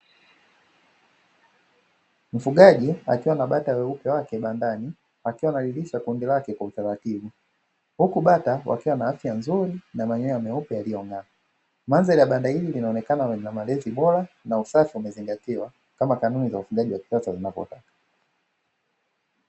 Mfugaji akiwa na bata weupe wake bandani, akiwa analilisha kundi lake kwa utaratibu. Huku bata wakiwa na afya nzuri na manyoya meupe yaliyong’aa .Mandhari ya banda hili linaonekana lina malezi bora, na usafi umezingatiwa kama kanuni za ufugaji wa kisasa zinavotaka.